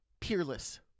peerless